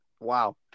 wow